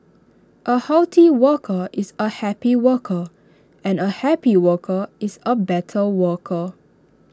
A healthy worker is A happy worker and A happy worker is A better worker